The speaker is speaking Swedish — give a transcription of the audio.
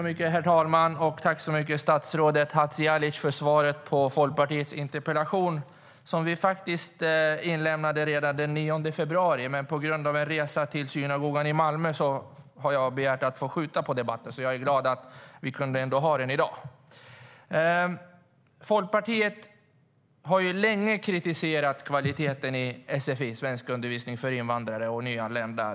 Herr talman! Tack så mycket, statsrådet Hadzialic, för svaret på Folkpartiets interpellation! Vi inlämnade den redan den 9 februari, men på grund av en resa till synagogan i Malmö har jag begärt att få skjuta på debatten. Jag är glad att vi kunde ha den i dag. Folkpartiet har länge kritiserat kvaliteten i sfi, svenskundervisning för invandrare och nyanlända.